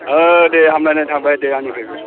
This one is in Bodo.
ओह दे हामलायनाय थाबायदे आंनिफ्रायबो